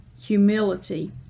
Humility